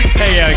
hey